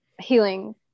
healing